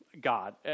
God